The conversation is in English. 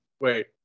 Wait